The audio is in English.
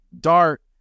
dart